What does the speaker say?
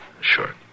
Sure